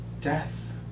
death